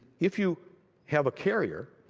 if you have a carrier,